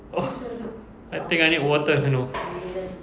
oh I think I need water you know